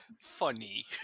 Funny